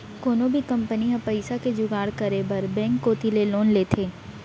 कोनो भी कंपनी ह पइसा के जुगाड़ करे बर बेंक कोती ले लोन लेथे